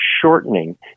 shortening